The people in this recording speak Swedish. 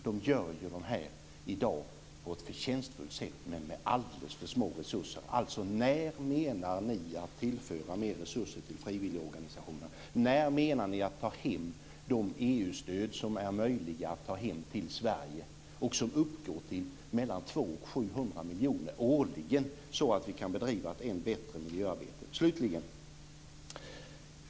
De gör det i dag på ett förtjänstfullt sätt, men med alldeles för små resurser. När avser ni tillföra mer resurser till frivilligorganisationerna? När avser ni ta hem de EU-stöd som är möjliga att ta hem till Sverige, som uppgår till mellan 200 och 700 miljoner årligen, så att vi kan bedriva ett än bättre miljöarbete?